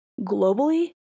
globally